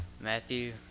Matthew